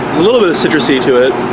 a little bit of citrusy to it